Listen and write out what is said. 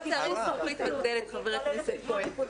לא צריך זכוכית מגדלת, חבר הכנסת כהן.